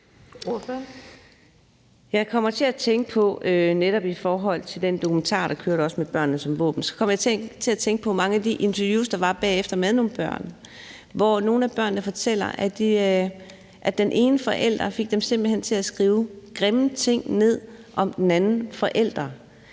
12:29 Karina Adsbøl (DD): Netop i forhold til den dokumentar, der kørte, »Med børnene som våben«, kom jeg til at tænke på mange af de interviews, der var bagefter med nogle børn, hvor nogle af børnene fortæller, at den ene forælder simpelt hen fik dem til at skrive grimme ting ned om den anden forælder.